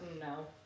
No